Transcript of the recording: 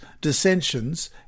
dissensions